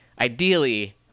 ideally